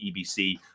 EBC